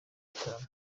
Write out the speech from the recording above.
gitaramo